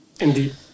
indeed